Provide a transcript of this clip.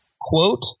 quote